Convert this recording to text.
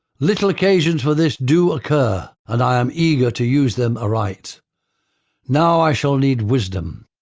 little occasions for this do occur, and i am eager to use them aright. now i shall need wisdom.